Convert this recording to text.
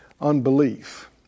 Unbelief